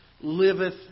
liveth